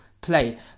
play